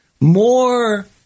more